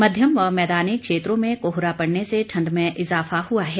मध्यम व मैदानी क्षेत्रों में कोहरा पड़ने से ठंड में इजाफा हुआ है